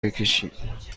بکشید